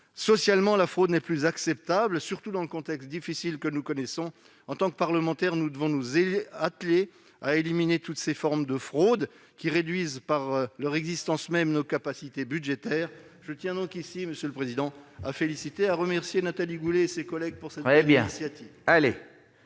socialement, la fraude n'est plus acceptable, surtout dans le contexte difficile que nous connaissons. En tant que parlementaires, nous devons nous atteler à éliminer toutes ces formes de fraudes, qui réduisent par leur existence même nos capacités budgétaires. Je tiens donc à féliciter et à remercier Nathalie Goulet et ses collègues de leur initiative.